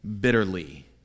bitterly